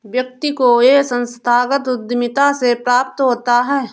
व्यक्ति को यह संस्थागत उद्धमिता से प्राप्त होता है